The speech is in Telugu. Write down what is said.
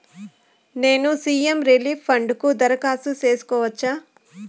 నేను సి.ఎం రిలీఫ్ ఫండ్ కు దరఖాస్తు సేసుకోవచ్చా?